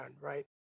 right